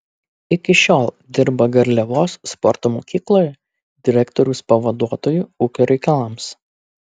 iki šiol dirba garliavos sporto mokykloje direktoriaus pavaduotoju ūkio reikalams